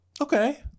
Okay